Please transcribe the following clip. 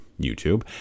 YouTube